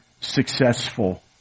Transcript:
successful